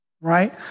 right